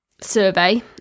survey